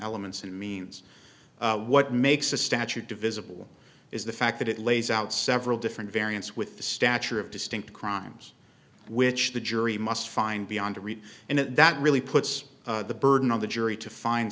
elements and means what makes a statute divisible is the fact that it lays out several different variants with the stature of distinct crimes which the jury must find beyond a read and that really puts the burden on the jury to find